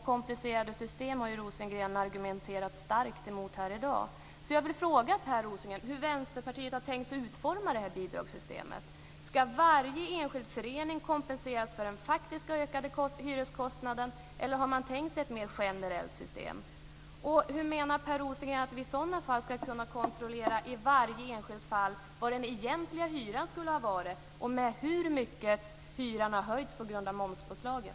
Komplicerade system har ju Rosengren argumenterat starkt emot här i dag, så jag vill fråga Per Rosengren: Hur har Vänsterpartiet tänkt sig att utforma bidragssystemet? Ska varje enskild förening kompenseras för den faktiska ökade hyreskostnaden, eller har man tänkt sig ett mer generellt system? Och hur menar Per Rosengren att vi i så fall i varje enskilt fall ska kunna kontrollera hur stor den egentliga hyran skulle ha varit, och med hur mycket som den har höjts på grund av momspåslaget?